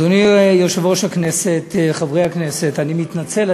אדוני יושב-ראש הכנסת, חברי הכנסת, אני מתנצל.